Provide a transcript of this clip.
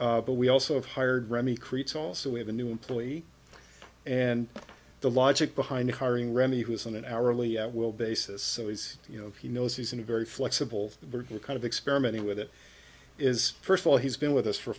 year but we also hired remy creates also we have a new employee and the logic behind hiring remy who is on an hourly at will basis so he's you know he knows he's in a very flexible kind of experimenting with it is first of all he's been with us for